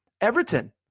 Everton